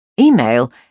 Email